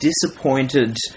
disappointed